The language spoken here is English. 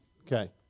Okay